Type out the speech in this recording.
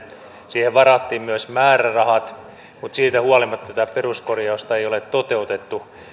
siihen varattiin myös määrärahat mutta siitä huolimatta tätä peruskorjausta ei ole toteutettu